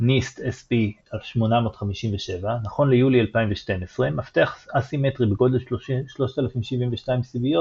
NIST SP 800-57 נכון ליולי 2012 מפתח אסימטרי בגודל 3072 סיביות